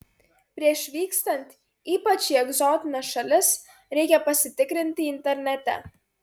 prieš vykstant ypač į egzotines šalis reikia pasitikrinti internete